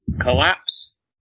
collapse